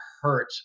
hurt